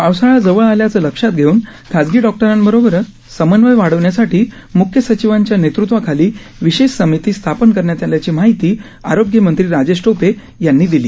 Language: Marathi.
पावसाळा जवळ आल्याचं लक्षात घेऊन खासगी डॉक्टरांबरोबर समन्वय वाढवण्यासाठी म्ख्य सचिवांच्या नेतृत्वाखाली विशेष समिती स्थापन करण्यात आल्याची माहीती आरोग्यमंत्री राजेश टोपे यांनी दिली